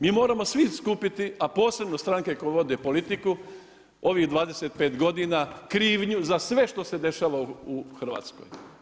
Mi moramo svi skupiti, a posebno stranke koje vode politiku ovih 25 godina krivnju za sve što se dešava u Hrvatskoj.